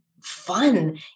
fun